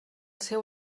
seu